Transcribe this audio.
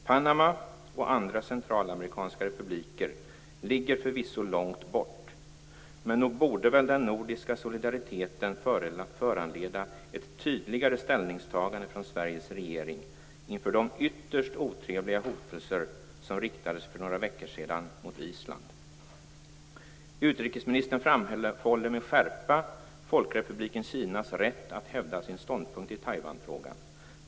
Panama och andra centralamerikanska republiker ligger förvisso långt bort, men nog borde väl ändå den nordiska solidariteten föranleda ett tydligare ställningstagande från Sveriges regering inför de ytterst otrevliga hotelser som riktades för några veckor sedan mot Island. Utrikesministern framhåller med skärpa Folkrepubliken Kinas rätt att hävda sin ståndpunkt i Taiwanfrågan.